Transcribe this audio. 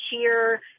cheer